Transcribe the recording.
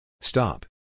Stop